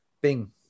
bing